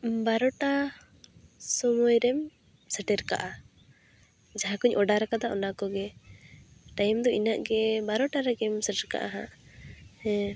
ᱵᱟᱨᱚᱴᱟ ᱥᱚᱢᱚᱭᱨᱮᱢ ᱥᱮᱴᱮᱨᱠᱟᱜᱼᱟ ᱡᱟᱦᱟᱸ ᱠᱚᱧ ᱚᱰᱟᱨ ᱟᱠᱟᱫᱟ ᱚᱱᱟ ᱠᱚᱜᱮ ᱴᱟᱭᱤᱢ ᱫᱚ ᱤᱱᱟᱹᱜᱮ ᱵᱟᱨᱚᱴᱟ ᱨᱮᱜᱮᱢ ᱥᱮᱴᱮᱨᱠᱟᱜᱼᱟ ᱦᱟᱸᱜ ᱦᱮᱸ